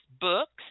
books